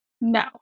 No